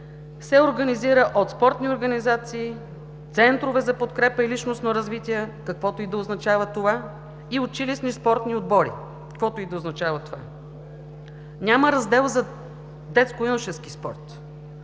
„се организира от спортни организации, центрове за подкрепа и личностно развитие – каквото и да означава това – и училищни спортни отбори – каквото и да означава това“. Няма раздел за детско-юношески спорт.